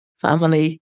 family